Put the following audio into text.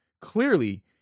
Clearly